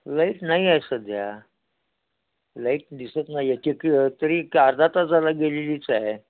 light नाही आहे सध्या लाईट दिसत नाही आहे की की तरी का अर्धा तास गेलेलीच आहे